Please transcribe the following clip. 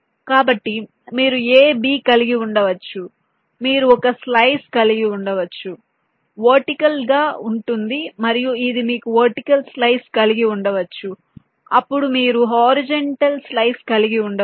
కాబట్టి మీరు a b కలిగి ఉండవచ్చు మీరు ఒక స్లైస్ కలిగి ఉండవచ్చు వర్టికల్ గా ఉంటుంది మరియు ఇది మీకు వర్టికల్ స్లైస్ కలిగి ఉండవచ్చు అప్పుడు మీరు హరిజోన్టల్ స్లైస్ కలిగి ఉండవచ్చు